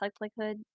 likelihood